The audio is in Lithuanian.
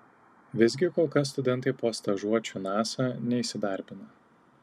visgi kol kas studentai po stažuočių nasa neįsidarbino